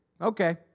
okay